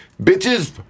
Bitches